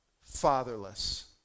Fatherless